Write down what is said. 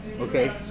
Okay